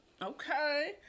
Okay